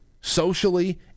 socially